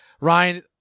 Ryan